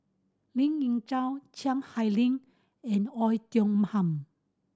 Lien Ying Chow Chiang Hai and Oei Tiong Ham